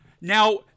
now